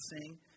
sing